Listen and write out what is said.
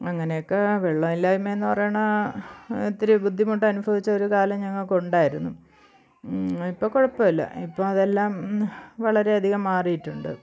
അങ്ങനെയൊക്ക വെള്ളമില്ലായ്മ എന്ന് പറയുന്നത് ഒത്തിരി ബുദ്ധിമുട്ട് അനുഭവിച്ച ഒരു കാലം ഞങ്ങൾക്ക് ഉണ്ടായിരുന്നു ഇപ്പോൾ കുഴപ്പമില്ല ഇപ്പോൾ അതെല്ലാം വളരെയധികം മാറിയിട്ടുണ്ട്